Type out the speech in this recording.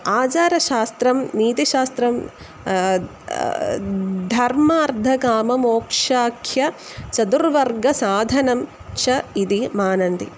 आचारशास्त्रं नीतिशास्त्रं धर्म धर्ममोक्षाख्यचतुर्वर्गसाधनं च इति मन्यन्ते